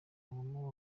habamo